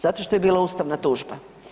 Zato što je bila ustavna tužba.